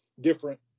different